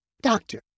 Doctor